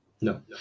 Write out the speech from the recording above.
No